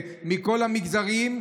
מכל המגזרים,